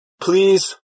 Please